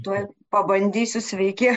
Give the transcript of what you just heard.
tuoj pabandysiu sveiki